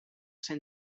ser